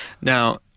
Now